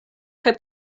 kaj